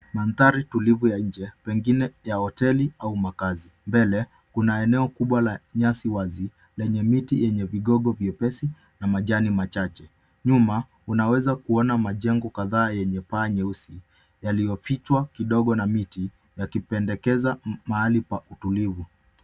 Mandhari tulivu ya nje, pengine ya hoteli au makazi. Mbele kuna eneo kubwa la nyasi wazi lenye miti yenye vigogo vyepesi na majani machache. Nyuma unaweza kuona majengo kadhaa yenye paa nyeusi yaliyofichwa kidogo na miti yakipendekeza mahali pa utulivu.